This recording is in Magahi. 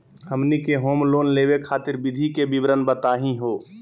हमनी के होम लोन लेवे खातीर विधि के विवरण बताही हो?